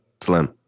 Slim